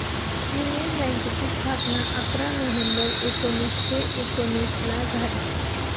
union बँकेची स्थापना अकरा नोव्हेंबर एकोणीसशे एकोनिसला झाली